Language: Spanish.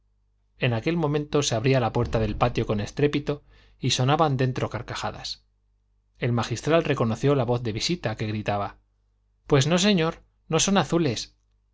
en aquel momento se abría la puerta del patio con estrépito y sonaban dentro carcajadas el magistral reconoció la voz de visita que gritaba pues no señor no son azules